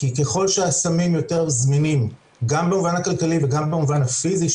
כי ככל שהסמים יותר זמינים גם במובן הכלכלי וגם במובן הפיזי,